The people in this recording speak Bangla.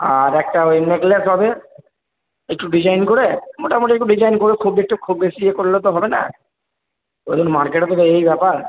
আর একটা ওই নেকলেস হবে একটু ডিজাইন করে মোটামোটি একটু ডিজাইন করে খুব একটু খুব বেশি ইয়ে করলেও তো হবে না মার্কেটেরও তো এই ব্যাপার